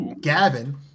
Gavin